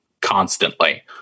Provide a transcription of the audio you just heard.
constantly